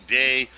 day